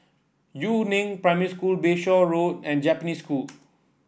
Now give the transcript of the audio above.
Yu Neng Primary School Bayshore Road and Japanese School